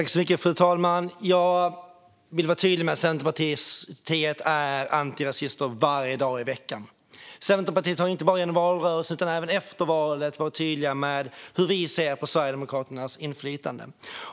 Fru talman! Jag vill vara tydlig med att Centerpartiet är antirasister varje dag i veckan. Centerpartiet har inte bara i valrörelsen utan även efter valet varit tydliga med hur vi ser på Sverigedemokraternas inflytande.